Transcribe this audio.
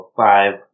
five